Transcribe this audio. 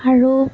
আৰু